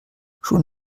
schon